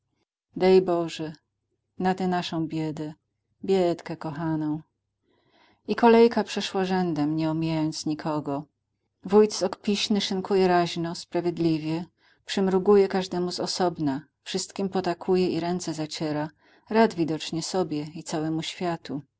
dej boże na tę naszą biedę biedkę kochaną i kolejka przeszła rzędem nie omijając nikogo wójt okpiśny szynkuje raźno sprawiedliwie przymruguje każdemu z osobna wszystkim potakuje i ręce zaciera rad widocznie sobie i całemu światu